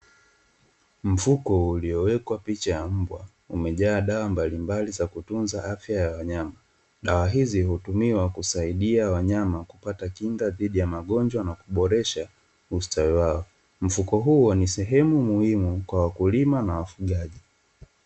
Mfuko uliowekwa picha ya mbwa umejaa dawa mbalimbali za kutunza afya ya wanyama, dawa hizi hutumiwa kusaidia wanyama kupata kinga dhidi ya magonjwa na kuboresha ustawi wao, mfuko huo ni sehemu muhimu kwa wakulima na wafugaji.